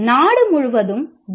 நாடு முழுவதும் பி